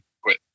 quit